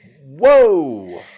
Whoa